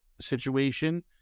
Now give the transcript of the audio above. situation